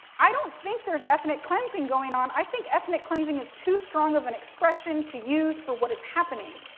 i don't think there's ethnic cleansing going on, i think ethnic cleansing is too strong of an expression to use for what is happening.